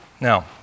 Now